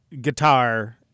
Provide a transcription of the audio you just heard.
guitar –